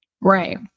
Right